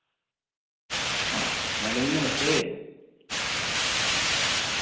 madam ई नमस्ते